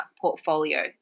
portfolio